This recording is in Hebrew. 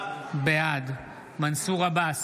בעד מנסור עבאס,